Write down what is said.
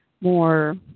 more